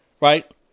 Right